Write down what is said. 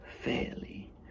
fairly